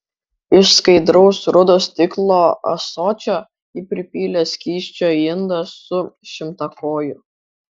iš skaidraus rudo stiklo ąsočio ji pripylė skysčio į indą su šimtakoju